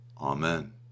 Amen